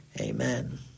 Amen